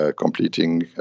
completing